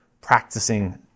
practicing